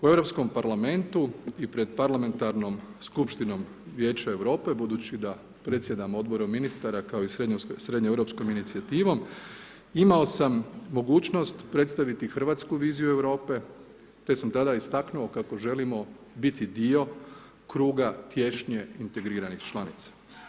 U Europskom parlamentu i pred parlamentarnom skupštinom Vijeća Europe budući da predsjedam Odborom ministara kao i srednjoeuropskom inicijativom, imao sam mogućnost predstaviti hrvatsku viziju Europe te sam tada istaknuo kako želimo biti dio kruga tješnje integriranih članica.